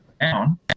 down